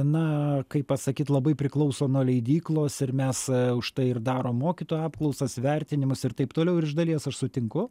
na kaip pasakyt labai priklauso nuo leidyklos ir mes už tai ir darom mokytojų apklausas vertinimus ir taip toliau ir iš dalies aš sutinku